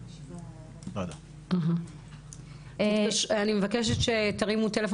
אני מבקשת שתרימו טלפון,